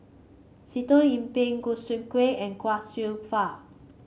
Sitoh Yih Pin Choo Seng Quee and Chia Kwek Fah